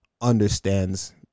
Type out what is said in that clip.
understands